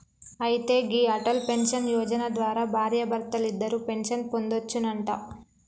అయితే గీ అటల్ పెన్షన్ యోజన ద్వారా భార్యాభర్తలిద్దరూ పెన్షన్ పొందొచ్చునంట